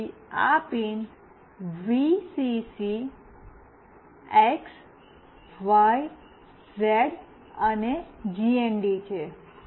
તેથી આ pin VCC X Y Z અને જીએનડી છે